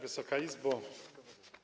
Wysoka Izbo!